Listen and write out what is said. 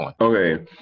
Okay